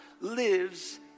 lives